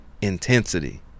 intensity